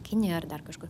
kiniją ar dar kažkur